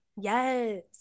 yes